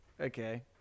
Okay